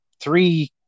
three